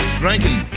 drinking